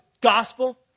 gospel